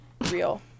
Real